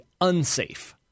unsafe